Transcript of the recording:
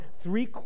three